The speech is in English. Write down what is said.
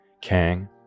Kang